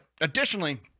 Additionally